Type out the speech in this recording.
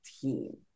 team